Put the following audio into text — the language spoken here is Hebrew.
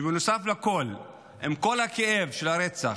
ובנוסף לכול, עם כל הכאב של הרצח,